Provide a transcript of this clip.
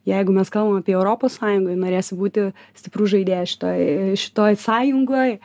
jeigu mes kalbam apie europos sąjungoj norėsi būti stiprus žaidėjas šitoj šitoj sąjungoj